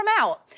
out